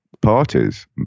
parties